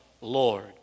Lord